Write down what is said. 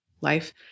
life